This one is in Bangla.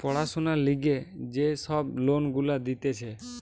পড়াশোনার লিগে যে সব লোন গুলা দিতেছে